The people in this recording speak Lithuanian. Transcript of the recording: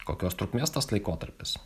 kokios trukmės tas laikotarpis